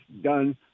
done